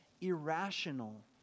irrational